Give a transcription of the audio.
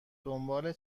دنبال